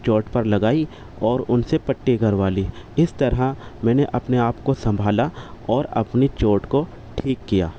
چوٹ پر لگائی اور ان سے پٹّی کروا لی اس طرح میں نے اپنے آپ کو سنبھالا اور اپنی چوٹ کو ٹھیک کیا